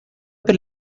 per